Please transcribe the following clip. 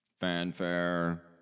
Fanfare